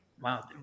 wow